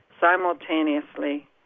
simultaneously